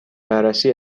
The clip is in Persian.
بررسی